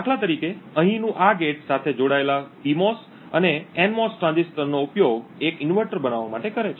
દાખલા તરીકે અહીંનું આ ગૅટ સાથે જોડાયેલા પિમોસ અને એનમોસ ટ્રાંઝિસ્ટરનો ઉપયોગ એક ઇન્વર્ટર બનાવવા માટે કરે છે